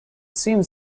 seems